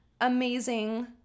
amazing